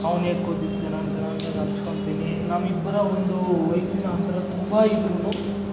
ಅವ್ನು ಹೇಗೆ ಅಂತ ನಾನು ಹಂಚ್ಕೊತೀನಿ ನಮ್ಮಿಬ್ಬರ ಒಂದು ವಯಸ್ಸಿನ ಅಂತರ ತುಂಬ ಇದ್ದರೂ